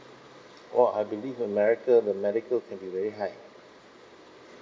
oh I believe in america the medical thing is very high